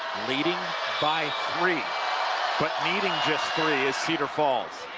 leading by three but needing just three is cedar falls.